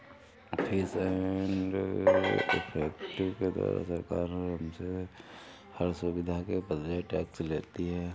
fees and effective के द्वारा सरकार हमसे हर सुविधा के बदले टैक्स लेती है